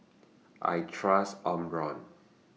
I Trust Omron